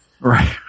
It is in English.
Right